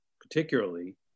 particularly